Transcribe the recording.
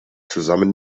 zusammen